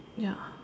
ya